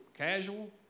casual